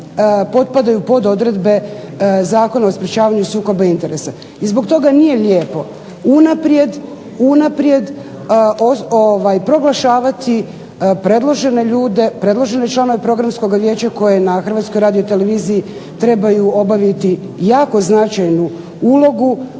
potpadaju pod odredbe Zakona o sprečavanju sukoba interesa. I zbog toga nije lijepo unaprijed proglašavati predložene ljude, predložene članove Programskog vijeća koje na HRT-u trebaju obaviti jako značajnu ulogu,